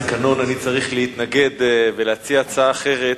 לפי התקנון אני צריך להתנגד ולהציע הצעה אחרת,